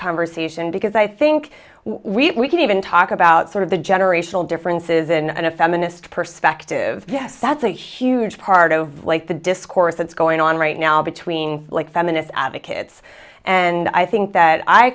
conversation because i think we can even talk about sort of the generational differences in a feminist perspective yes that's a huge part of like the discourse that's going on right now between like feminist advocates and i think that i